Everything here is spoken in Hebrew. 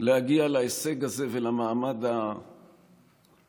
להגיע להישג הזה ולמעמד שבאמת,